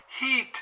Heat